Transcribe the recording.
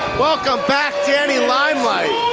welcome back danny limelight!